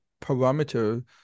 parameter